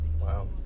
Wow